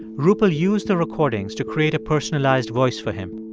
rupal use the recordings to create a personalized voice for him.